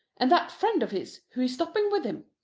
and that friend of his who is stopping with him.